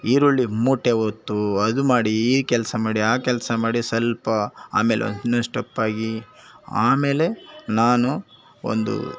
ಈರುಳ್ಳಿ ಮೂಟೆ ಹೊತ್ತು ಅದು ಮಾಡಿ ಈ ಕೆಲಸ ಮಾಡಿ ಆ ಕೆಲಸ ಮಾಡಿ ಸ್ವಲ್ಪ ಆಮೇಲೆ ಆಗಿ ಆಮೇಲೆ ನಾನು ಒಂದು